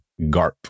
Garp